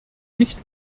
nicht